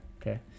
okay